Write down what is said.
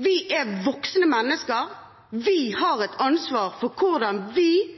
Vi er voksne mennesker. Vi har et ansvar for hvordan vi